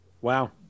Wow